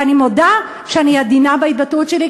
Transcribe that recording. ואני מודה שאני עדינה בהתבטאות שלי,